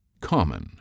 Common